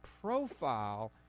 profile